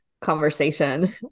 conversation